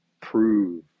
prove